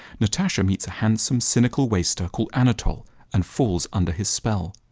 natasha meets a handsome cynical waster called anatole and falls under his spell.